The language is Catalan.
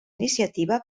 iniciativa